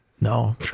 no